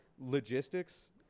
logistics